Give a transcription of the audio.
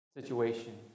situation